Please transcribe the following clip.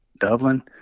dublin